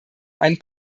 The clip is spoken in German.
einen